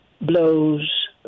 Blows